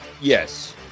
Yes